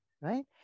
right